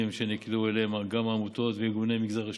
שנקלעו אליהם גם עמותות וארגוני המגזר השלישי,